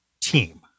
team